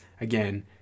again